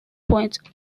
point